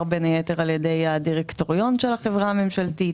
בין היתר על ידי הדירקטוריון של החברה הממשלתית,